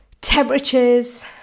temperatures